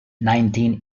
nineteen